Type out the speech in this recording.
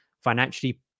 financially